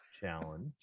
challenge